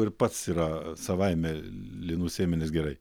ir pats yra savaime linų sėmenys gerai